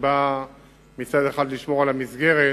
שבא מצד אחד לשמור על המסגרת